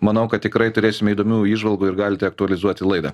manau kad tikrai turėsime įdomių įžvalgų ir galite aktualizuoti laidą